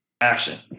action